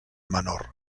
menor